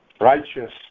Righteous